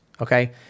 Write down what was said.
okay